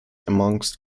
amongst